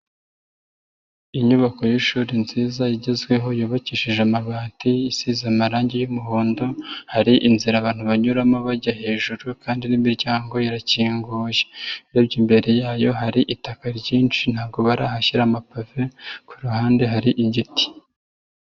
Inyubako y'ishuri nziza igezweho yubakishije amabati, isize amarangi y'umuhondo hari inzira abantu banyuramo bajya hejuru kandi n'imiryango irakinguye, urebye imbere yayo hari itaka ryinshi ntabwo barahashyira amapave ku ruhande hari igiti.